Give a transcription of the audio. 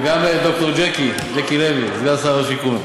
וגם ד"ר ז'קי, ז'קי לוי, סגן שר השיכון.